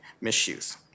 misuse